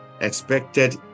expected